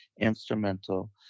instrumental